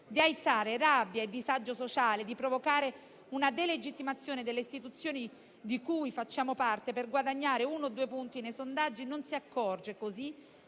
di aizzare rabbia e disagio sociale, di provocare una delegittimazione delle istituzioni di cui facciamo parte per guadagnare uno o due punti nei sondaggi non si accorge che